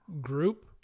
group